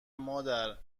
مادر